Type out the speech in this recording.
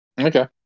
Okay